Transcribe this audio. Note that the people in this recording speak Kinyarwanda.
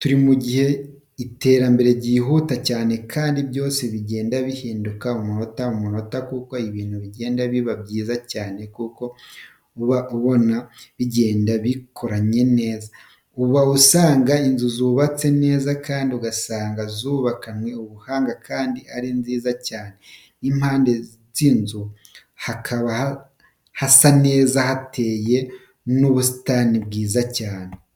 Turi mu gihe iterambere ryihuta cyane kandi ibintu byose bigenda bihinduka umunota ku munota kuko ibintu bigenda biba byiza cyane kuko uba ubona bigenda bikoranye neza. Uba usanga inzu zubatswe neza kandi ugasanga zubakanwe ubuhanga kandi ari nziza cyane, n'impande z'inzu hakaba hasa neza hateye n'ubusitani bwiza cyane.